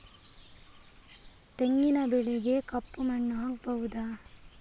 ತೆಂಗಿನ ಬೆಳೆಗೆ ಕಪ್ಪು ಮಣ್ಣು ಆಗ್ಬಹುದಾ?